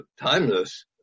timeless